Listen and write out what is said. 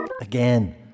Again